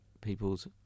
people's